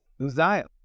Uzziah